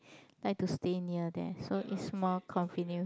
like to stay near there so it's more convenient